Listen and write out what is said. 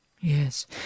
Yes